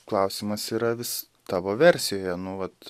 klausimas yra vis tavo versijoje nu vat